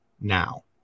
now